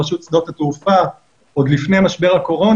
ברשות שדות התעופה עוד לפני משבר הקורונה